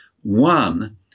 One